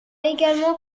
également